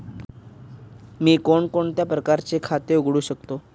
मी कोणकोणत्या प्रकारचे खाते उघडू शकतो?